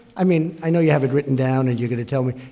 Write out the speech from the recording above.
i mean, i know you have it written down, and you're going to tell me.